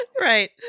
Right